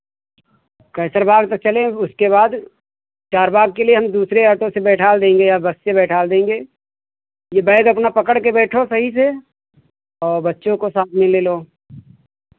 कैसर बाग़ तक चलेंगे उसके बाद चार बाग़ के लिए हम दूसरे ऑटो से बैठा देंगे अवश्य बैठा देंगे यह बैग अपना पकड़ के बैठो सही से और बच्चों को साथ में ले लो